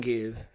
Give